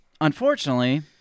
unfortunately